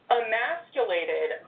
emasculated